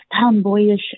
tomboyish